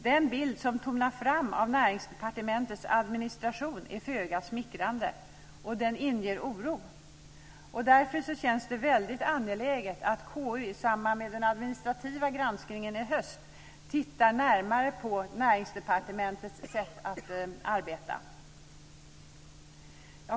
Den bild som tonar fram av Näringsdepartementets administration är föga smickrande, och den inger oro. Därför känns det väldigt angeläget att KU i samband med den administrativa granskningen i höst tittar närmare på Näringsdepartementets sätt att arbeta.